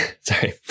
Sorry